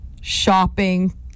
shopping